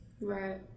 right